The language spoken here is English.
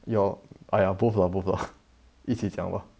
ya !aiya! both lah both lah 一起讲 lah